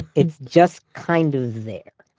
it's just kind of there.